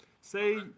Say